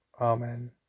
Amen